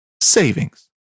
savings